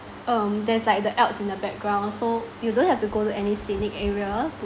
um there's like the alps in the background so you don't have to go to any scenic area